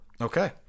Okay